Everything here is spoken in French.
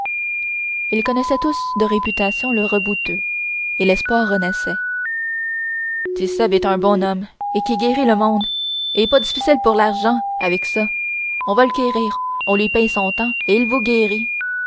ils connaissaient tous de réputation le rebouteux et l'espoir renaissait tit'sèbe est un bon homme et qui guérit le monde et pas difficile pour l'argent avec ça on va le quérir on lui paye son temps et il vous guérit